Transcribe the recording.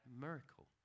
miracle